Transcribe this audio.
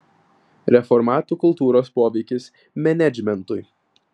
reformatų kultūros poveikis menedžmentui